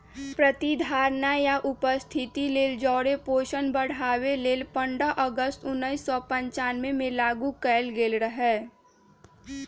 प्रतिधारणा आ उपस्थिति लेल जौरे पोषण बढ़ाबे लेल पंडह अगस्त उनइस सौ पञ्चानबेमें लागू कएल गेल रहै